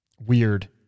weird